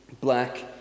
black